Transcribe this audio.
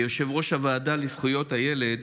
כיושב-ראש הוועדה לזכויות הילד